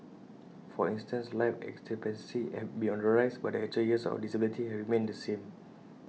for instance life expectancy have been on the rise but the actual years of disability have remained the same